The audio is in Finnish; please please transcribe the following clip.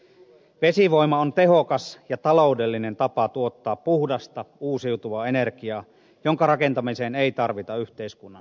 vesivoima on tehokas ja taloudellinen tapa tuottaa puhdasta uusiutuvaa energiaa jonka rakentamiseen ei tarvita yhteiskunnan tukieuroja